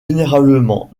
généralement